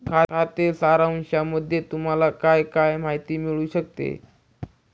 खाते सारांशामध्ये तुम्हाला काय काय माहिती मिळू शकते?